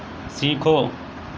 سیکھو